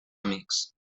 amics